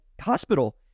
hospital